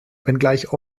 wenngleich